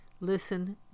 Listen